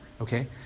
okay